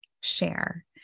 share